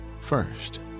first